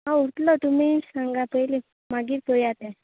आं उरतलो तुमी सांगा पयली मागीर पळोवया ते